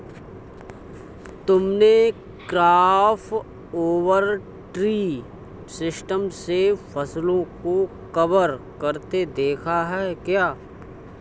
तुमने crop over tree system से फसलों को कवर करते देखा है क्या?